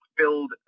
build